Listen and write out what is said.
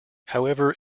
however